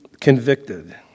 convicted